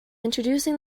introducing